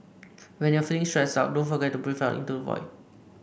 when you are feeling stressed out don't forget to breathe into the void